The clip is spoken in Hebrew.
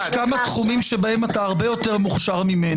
יש כמה תחומים שבהם אתה הרבה יותר מוכשר ממני.